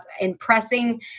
impressing